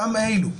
אותם אלה,